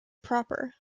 proper